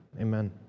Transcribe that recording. Amen